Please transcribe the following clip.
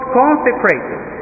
consecrated